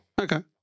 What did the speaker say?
Okay